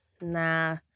nah